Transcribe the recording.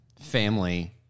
family